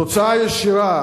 תוצאה ישירה